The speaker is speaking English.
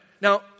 Now